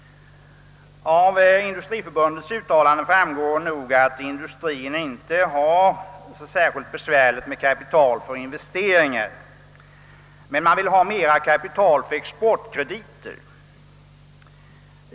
Av Industriförbundets uttalande framgår nog, att industrien inte har så särskilt besvärligt med kapital för investeringar, men man vill ha mer kapital för exportkredit.